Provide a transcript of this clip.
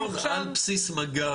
קודם כל על בסיס מג"ב,